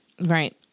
right